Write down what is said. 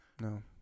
No